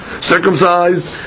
circumcised